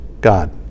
God